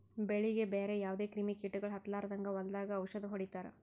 ಬೆಳೀಗಿ ಬ್ಯಾರೆ ಯಾವದೇ ಕ್ರಿಮಿ ಕೀಟಗೊಳ್ ಹತ್ತಲಾರದಂಗ್ ಹೊಲದಾಗ್ ಔಷದ್ ಹೊಡಿತಾರ